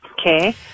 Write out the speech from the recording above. Okay